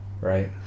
Right